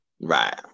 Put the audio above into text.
Right